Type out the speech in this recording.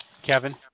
Kevin